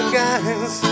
guys